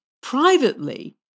Privately